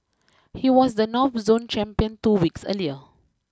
he was the North Zone champion two weeks earlier